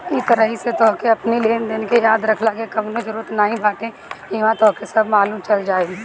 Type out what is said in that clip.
इ तरही से तोहके अपनी लेनदेन के याद रखला के कवनो जरुरत नाइ बाटे इहवा तोहके सब मालुम चल जाई